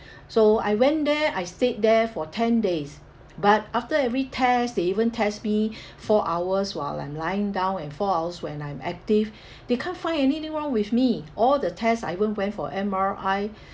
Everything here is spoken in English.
so I went there I stayed there for ten days but after every tests they even test me four hours while I'm lying down and four hours when I'm active they can't find anything wrong with me all the tests I even went for M_R_I